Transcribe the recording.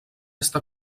està